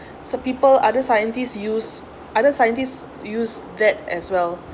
some people other scientists use other scientists use that as well